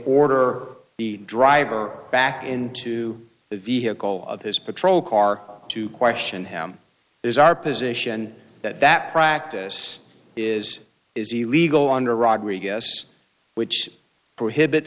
order the driver back into the vehicle of his patrol car to question him is our position that that practice is is illegal under rodriguez which prohibit